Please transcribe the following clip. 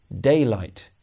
daylight